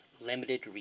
limited